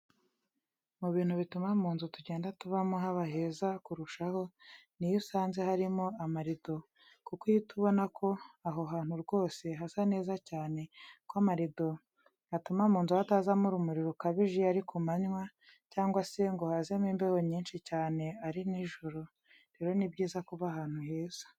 Mu bintu bituma mu nzu tugenda tubamo haba heza kurushaho, ni iyo usanze harimo amarido kuko uhita ubona ko aho hantu rwose hasa neza cyane ko amarido atuma mu nzu hatazamo urumuri rukabije. Iyo ari ku manywa, cyangwa se ngo hazemo imbeho nyinshi cyane ari nijoro, rero ni byiza kuba ahantu heza.